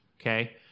Okay